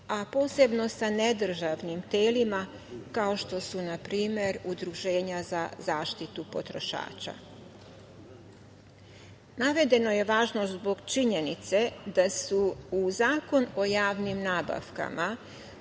a posebno sa nedržavnim telima, kao što su npr. udruženja za zaštitu potrošača. Navedeno je važno zbog činjenice da su u Zakon o javnim nabavkama